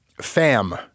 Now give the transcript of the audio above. fam